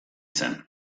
zen